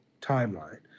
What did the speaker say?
timeline